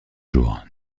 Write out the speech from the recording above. jours